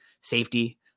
safety